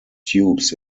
tubes